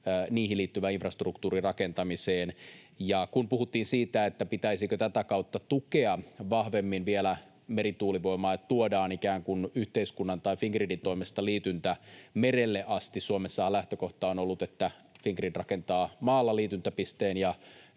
liittyvään infrastruktuurirakentamiseen. Ja kun puhuttiin siitä, pitäisikö tätä kautta tukea vielä vahvemmin merituulivoimaa, niin että tuodaan ikään kuin yhteiskunnan tai Fingridin toimesta liityntä merelle asti — Suomessahan lähtökohta on ollut, että Fingrid rakentaa maalla liityntäpisteen